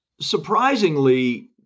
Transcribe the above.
surprisingly